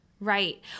Right